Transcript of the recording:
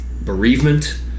bereavement